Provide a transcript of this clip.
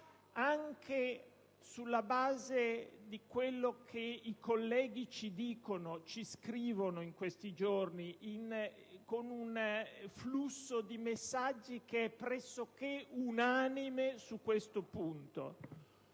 anche sulla base di quello che i colleghi ci dicono e ci scrivono in questi giorni con un flusso di messaggi pressoché unanime sulla questione